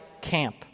camp